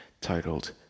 titled